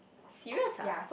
serious ah